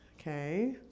Okay